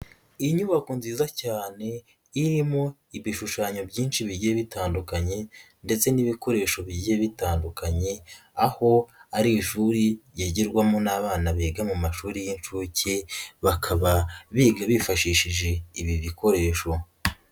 Inyubako nziza cyane irimo ibishushanyo byinshi bigiye bitandukanye ndetse n'ibikoresho bigiye bitandukanye, aho ari ishuri ryigirwamo n'abana biga mu mashuri y'inshuke, bakaba biga bifashishije ibi bikoresho.